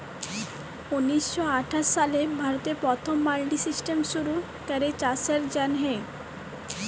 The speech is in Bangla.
উনিশ শ আঠাশ সালে ভারতে পথম মাল্ডি সিস্টেম শুরু ক্যরা চাষের জ্যনহে